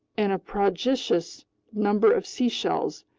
and a prodigious number of seashells,